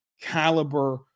caliber